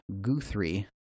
guthrie